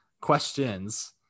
questions